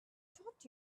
taught